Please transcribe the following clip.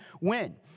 win